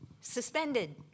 suspended